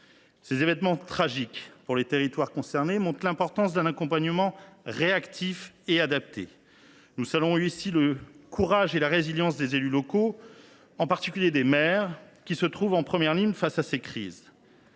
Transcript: Ces événements tragiques pour les territoires concernés montrent l’importance d’un accompagnement rapide et adapté. Je salue le courage et la résilience des élus locaux, en particulier des maires, qui se trouvent en première ligne face à ces crises